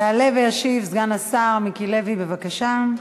יעלה וישיב סגן השר מיקי לוי, בבקשה.